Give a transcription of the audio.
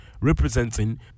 representing